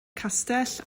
castell